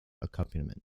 accompaniment